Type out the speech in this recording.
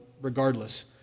regardless